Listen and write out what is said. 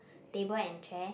table and chair